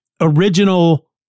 original